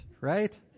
right